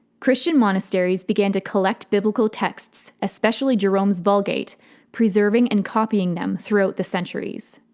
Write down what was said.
christian monasteries began to collect biblical texts especially jerome's vulgate preserving and copying them throughout the centuries.